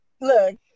look